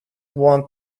want